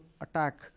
attack